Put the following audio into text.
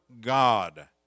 God